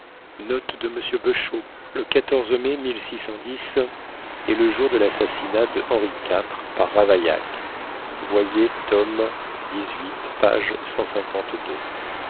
est le jour de l'assassinat de henri iv par ravaillac voyez tome